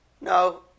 No